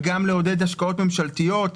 וגם לעודד השקעות ממשלתיות.